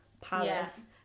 palace